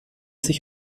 sich